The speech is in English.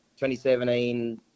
2017